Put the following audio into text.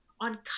on